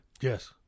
Yes